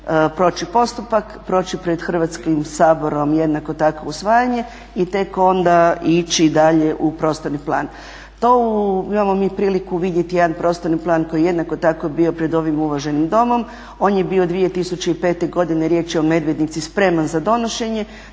proći postupak, proći pred Hrvatskim saborom jednako tako usvajanje i tek onda ići dalje u prostorni plan. To imamo mi priliku vidjeti prostorni plan koji je jednako tako bio pred ovim uvaženim Domom. On je bio 2005. godine, riječ je o Medvednici, spreman za donošenje